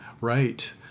Right